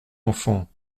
enfant